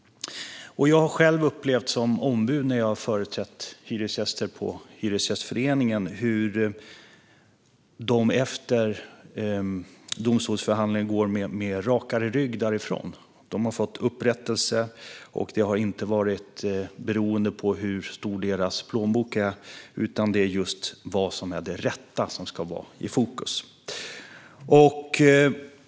Jag har själv som Hyresgästföreningens ombud företrätt hyresgäster och upplevt hur de efter domstolsförhandling går med rakare rygg därifrån. De har fått upprättelse, och det har inte varit beroende av hur stor deras plånbok är. Det är just vad som är det rätta som ska vara i fokus.